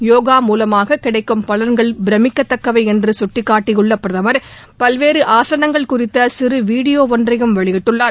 யோகா மூலமாக கிடைக்கும் பலன்கள் பிரமிக்கத்தக்கவை என்று சுட்டிக்காட்டியுள்ள பிரதமா் பல்வேறு ஆசனங்கள் குறித்த சிறு வீடியோ ஒன்றையும் வெளியிட்டுள்ளார்